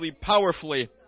powerfully